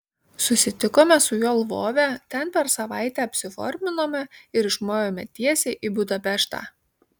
susitikome su juo lvove ten per savaitę apsiforminome ir išmovėme tiesiai į budapeštą